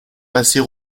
passer